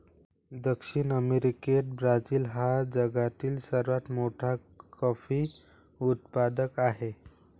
दक्षिण अमेरिकेत ब्राझील हा जगातील सर्वात मोठा कॉफी उत्पादक देश आहे